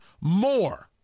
more